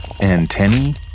Antennae